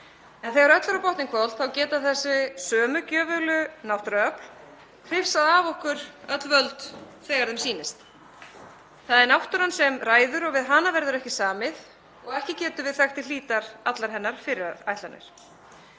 En þegar öllu er á botninn hvolft þá geta þessi sömu gjöfulu náttúruöfl hrifsað af okkur öll völd þegar þeim sýnist. Það er náttúran sem ræður og við hana verður ekki samið og ekki getum við þekkt til hlítar allar hennar fyrirætlanir.